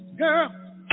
Girl